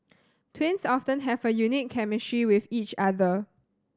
twins often have a unique chemistry with each other